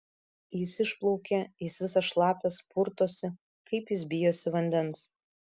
jis išplaukė jis visas šlapias purtosi kaip jis bijosi vandens